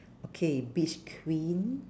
okay beach queen